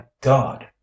God